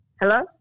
Hello